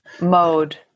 Mode